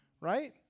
right